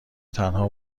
تنها